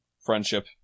friendship